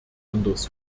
anders